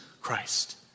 Christ